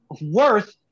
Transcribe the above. worth